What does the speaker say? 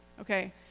okay